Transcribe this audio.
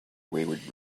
wayward